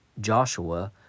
Joshua